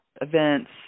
events